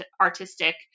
artistic